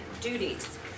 duties